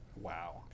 Wow